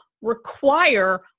require